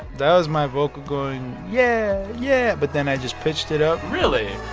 that was my vocal going, yeah, yeah. but then i just pitched it up really?